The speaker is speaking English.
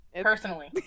personally